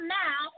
now